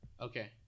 okay